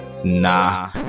nah